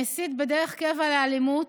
שמסית דרך קבע לאלימות,